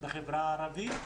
בחברה הערבית,